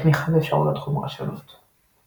לתמיכה באפשרויות חומרה שונות.